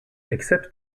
except